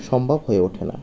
সম্ভব হয়ে ওঠে না